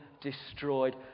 destroyed